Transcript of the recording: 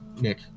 Nick